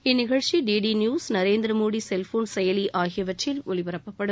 இந்நிகழ்ச்சி DD news Narendra Modi cellphone செயலி ஆகியவற்றில் ஒலிபரப்பப்படும்